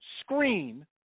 screen